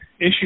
issue